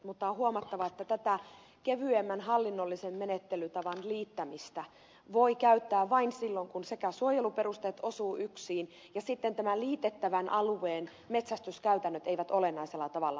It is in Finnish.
mutta on huomattava että tätä kevyemmän hallinnollisen menettelytavan liittämistä voi käyttää vain silloin kun sekä suojeluperusteet osuvat yksiin että sitten tämän liitettävän alueen metsästyskäytännöt eivät olennaisella tavalla muutu